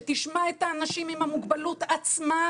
שתשמע את האנשים עם המוגבלות עצמם,